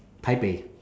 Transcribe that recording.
台北